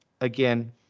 again